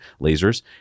lasers